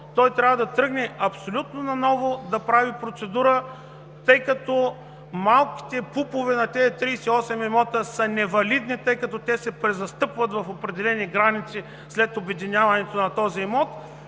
Той трябва да тръгне абсолютно наново да прави процедура, тъй като малките ПУП-ове на тези 38 имота са невалидни, защото се презастъпват в определени граници след обединяването на имота.